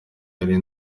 hari